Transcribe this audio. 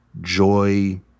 joy